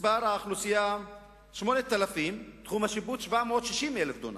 מספר התושבים 8,000, תחום השיפוט 760,000 דונם.